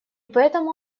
поэтому